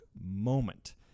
moment